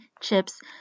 chips